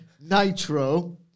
Nitro